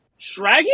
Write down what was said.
Shraggy